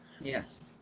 Yes